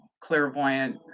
clairvoyant